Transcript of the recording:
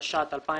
התשע"ט-2018.